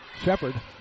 Shepard